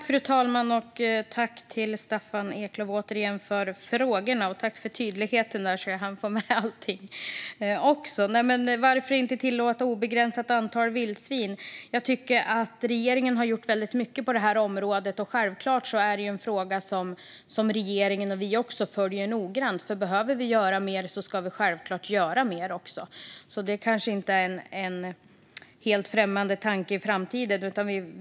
Fru talman! Tack återigen, Staffan Eklöf, för frågorna! Varför inte tillåta ett obegränsat antal vildsvin? Jag tycker att regeringen har gjort väldigt mycket på det här området. Det är självklart en fråga som regeringen och vi följer noggrant, för om vi behöver göra mer ska vi självklart göra det. Det kanske inte är en helt främmande tanke i framtiden.